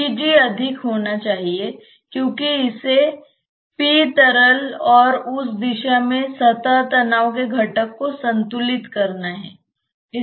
Pg अधिक होना चाहिए क्योंकि इसे p तरल और उस दिशा में सतह तनाव के घटक को संतुलित करना है